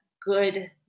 good